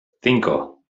cinco